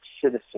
citizen